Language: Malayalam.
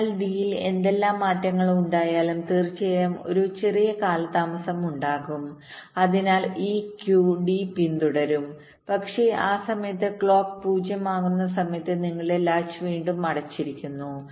അതിനാൽ ഡിയിൽ എന്തെല്ലാം മാറ്റങ്ങൾ ഉണ്ടായാലും തീർച്ചയായും ഒരു ചെറിയ കാലതാമസം ഉണ്ടാകും അതിനാൽ ഈ ക്യൂ ഡി പിന്തുടരും പക്ഷേ ആ സമയത്ത് ക്ലോക്ക് 0 ആകുന്ന സമയത്ത് നിങ്ങളുടെ ലാച്ച് വീണ്ടും അടച്ചിരിക്കുന്നു